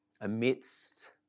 amidst